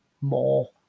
more